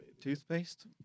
Toothpaste